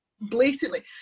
Blatantly